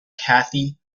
kathy